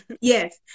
Yes